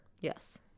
Yes